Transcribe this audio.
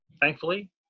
thankfully